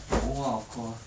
no ah of course